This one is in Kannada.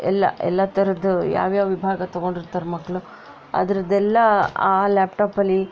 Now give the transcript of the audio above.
ಎಲ್ಲ ಎಲ್ಲ ಥರದ್ದು ಯಾವ್ಯಾವ ವಿಭಾಗ ತಗೊಂಡಿರ್ತಾರೆ ಮಕ್ಕಳು ಅದರದ್ದೆಲ್ಲ ಆ ಲ್ಯಾಪ್ಟಾಪಲ್ಲಿ